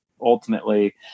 ultimately